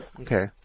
Okay